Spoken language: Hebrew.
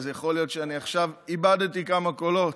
אז יכול להיות שעכשיו איבדתי כמה קולות.